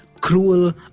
cruel